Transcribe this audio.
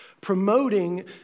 promoting